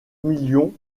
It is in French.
millions